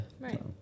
Right